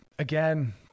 Again